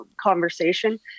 conversation